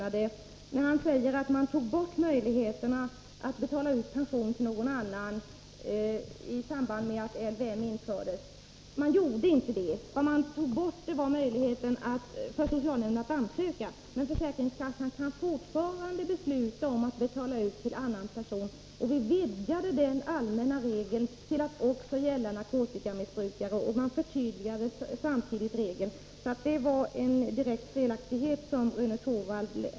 Han sade att man isamband med att LVM infördes tog bort möjligheterna att betala ut pension till någon annan än pensionären. Man gjorde inte det, utan man tog bort möjligheten för socialnämnden att ansöka om sådan utbetalning — men försäkringskassan kan fortsätta att besluta om att betala ut till annan person. Vi vidgade den allmänna regeln till att också gälla narkotikamissbrukare, och samtidigt förtydligades regeln. Det Rune Torwald här sade var alltså en direkt felaktighet.